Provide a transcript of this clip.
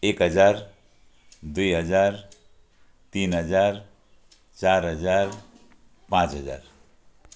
एक हजार दुई हजार तिन हजार चार हजार पाँच हजार